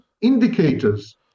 indicators